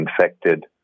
infected